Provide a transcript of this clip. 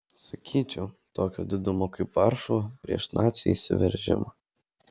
sakyčiau tokio didumo kaip varšuva prieš nacių įsiveržimą